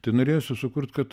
tai norėjosi sukurt kad